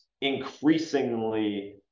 increasingly